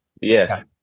Yes